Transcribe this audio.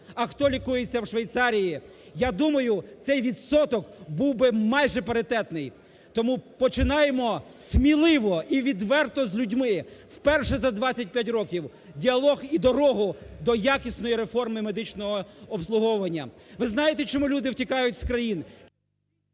а хто лікується в Швейцарії, я думаю, цей відсоток був би майже паритетний. Тому починаємо сміливо і відверто з людьми вперше за 25 років діалог і дорогу до якісної реформи медичного обслуговування. Ви знаєте, чому люди втікають з країни?